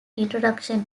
introduction